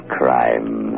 crime